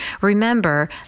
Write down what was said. remember